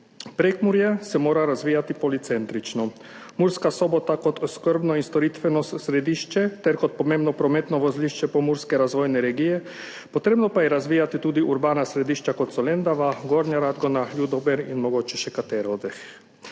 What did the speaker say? Prekmurje se mora razvijati policentrično, Murska Sobota kot oskrbno in storitveno središče ter kot pomembno prometno vozlišče Pomurske razvojne regije, potrebno pa je razvijati tudi urbana središča, kot so Lendava, Gornja Radgona, Ljutomer, in mogoče še katero.